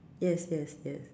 yes yes yes